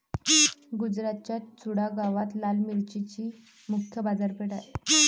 गुजरातच्या चुडा गावात लाल मिरचीची मुख्य बाजारपेठ आहे